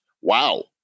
Wow